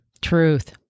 truth